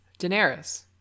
Daenerys